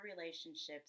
relationships